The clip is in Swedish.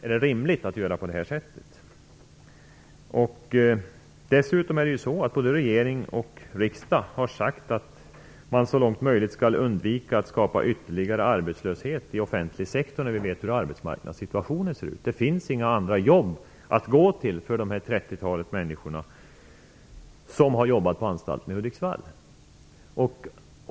Är det rimligt att göra på det här sättet? Dessutom har både regering och riksdag sagt att man så långt möjligt skall undvika att skapa ytterligare arbetslöshet i offentlig sektor när vi vet hur arbetsmarknadssituationen ser ut. Det finns inga andra jobb att gå till för det trettiotal människor som har jobbat på anstalten i Hudiksvall.